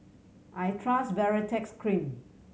I trust Baritex Cream